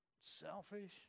selfish